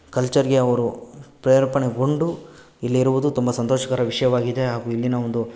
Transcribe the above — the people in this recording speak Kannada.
ಕಲ್ಚರ್ಗೆ ಅವರು ಪ್ರೇರೇಪಣೆಗೊಂಡು ಇಲ್ಲಿರುವುದು ತುಂಬ ಸಂತೋಷಕರ ವಿಷಯವಾಗಿದೆ ಹಾಗೂ ಇಲ್ಲಿನ ಒಂದು